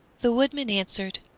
the woodman answered,